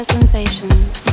Sensations